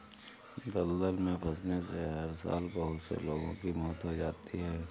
दलदल में फंसने से हर साल बहुत से लोगों की मौत हो जाती है